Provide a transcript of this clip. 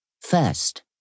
First